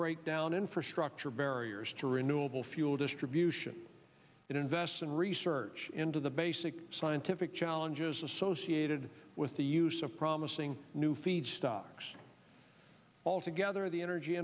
break down infrastructure barriers to renewable fuel distribution and invest in research into the basic scientific challenges associated with the use of promising new feedstocks altogether the energy